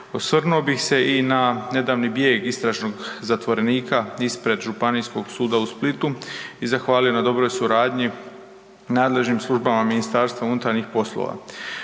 Osvrnuo bih se i na nedavni bijeg istražnog zatvorenika ispred Županijskog suda u Splitu i zahvalio na dobroj suradnji nadležnim službama MUP-a. Želim istaknuti da